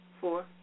Four